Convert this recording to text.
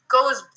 goes